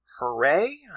Hooray